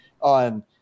on